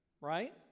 right